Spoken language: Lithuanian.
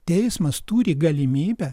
teismas turi galimybę